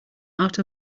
out